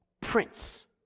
prince